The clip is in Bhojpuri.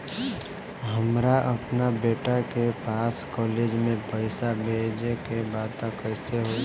हमरा अपना बेटा के पास कॉलेज में पइसा बेजे के बा त कइसे होई?